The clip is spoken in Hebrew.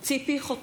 (קוראת בשמות חברי הכנסת) ציפי חוטובלי,